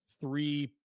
three